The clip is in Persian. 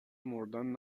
مردن